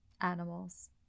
animals